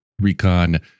Recon